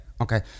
okay